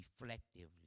reflectively